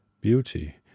beauty